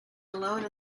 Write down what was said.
along